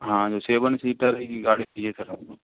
हाँ seven seater एक गाड़ी चाहिए सर हमको